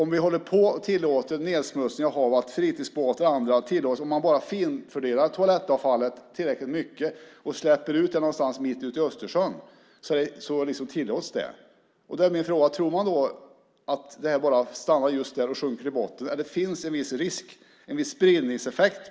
Min fråga är: Tror man då att det här finfördelade avfallet bara stannar där och sjunker till botten eller finns det en viss spridningseffekt?